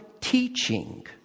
teaching